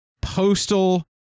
postal